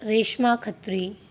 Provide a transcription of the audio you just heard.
Reshma Khatri